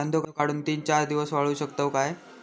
कांदो काढुन ती चार दिवस वाळऊ शकतव काय?